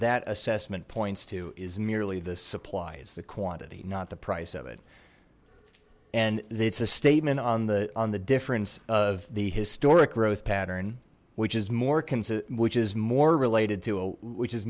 that assessment points to is merely the supplies the quantity not the price of it and it's a statement on the on the difference of the historic growth pattern which is more consistent which is more related to a which is